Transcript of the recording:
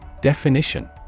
Definition